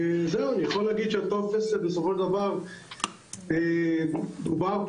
אני יכול להגיד שהטופס בסופו של דבר שדובר פה,